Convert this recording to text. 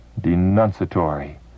denunciatory